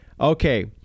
Okay